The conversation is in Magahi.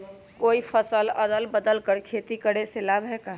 कोई फसल अदल बदल कर के खेती करे से लाभ है का?